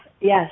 Yes